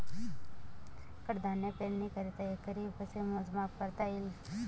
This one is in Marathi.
कडधान्य पेरणीकरिता एकरी कसे मोजमाप करता येईल?